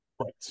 Right